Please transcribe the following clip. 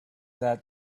that